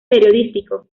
periodístico